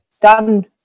done